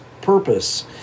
purpose